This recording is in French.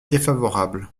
défavorable